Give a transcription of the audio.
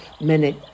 minute